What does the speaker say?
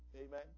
amen